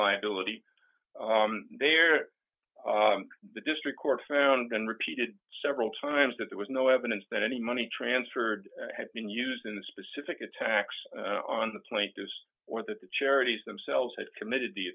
liability there the district court found been repeated several times that there was no evidence that any money transferred had been used in the specific attacks on the plaintiffs or that the charities themselves had committed the